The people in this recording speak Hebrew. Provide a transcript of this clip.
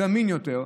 זמין יותר,